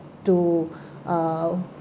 to uh